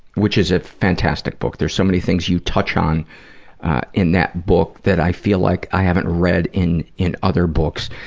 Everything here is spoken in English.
which is a fantastic book. there are so many things you touch on in that book that i feel like i haven't read in in other books.